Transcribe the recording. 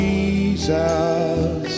Jesus